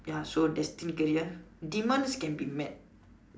ya so destined career demands can be met